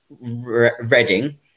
Reading